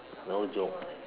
no joke